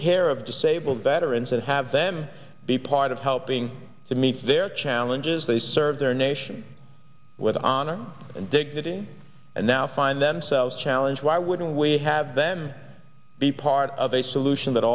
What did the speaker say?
care of disabled veterans and have them be part of helping to meet their challenges they serve their nation with honor and dignity and now find themselves challenge why wouldn't we have them be part of a solution that